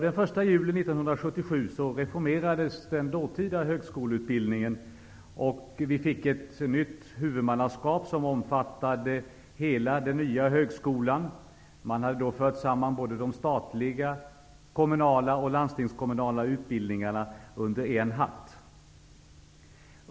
Den 1 juli 1977 reformerades den dåtida högskoleutbildningen, och vi fick ett nytt huvudmannaskap som omfattade hela den nya högskolan. Man hade då fört samman såväl de statliga och kommunala som landstingskommunala utbildningarna under en hatt.